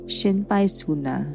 Shinpaisuna